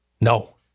No